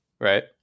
right